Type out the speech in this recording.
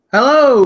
Hello